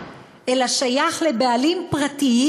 אלא שייך לבעלים פרטיים,